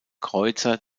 kreuzer